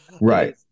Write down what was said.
right